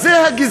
אז זה הגזענות.